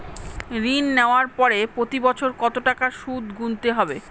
ঋণ নেওয়ার পরে প্রতি বছর কত টাকা সুদ গুনতে হবে?